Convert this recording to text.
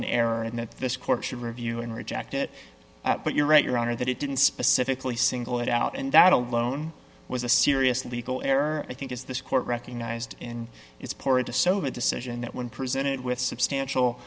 error and that this court should review and reject it but you're right your honor that it didn't specifically single it out and that alone was a serious legal error i think is this court recognized in its power disobeyed decision that when presented with substantial